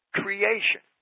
creation